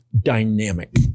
dynamic